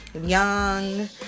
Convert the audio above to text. young